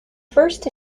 first